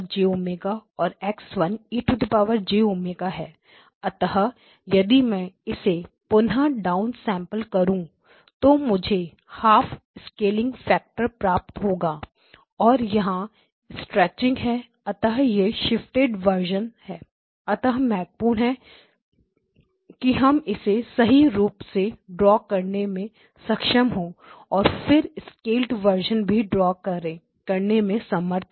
यह V 1e jω और X 1e jω है अतः यदि मैं इसे पुन्हा डाउनसेंपल करूं तो मुझे 12 स्केलिंग फैक्टर प्राप्त होगा और यहां स्ट्रेचिंग है अतः यह शिफ्टेड वर्जन है अतः महत्वपूर्ण है कि हम इसे सही रूप से ड्रा करने में सक्षम हो और फिर स्केल्ड वर्जन भी ड्रा करने में समर्थ है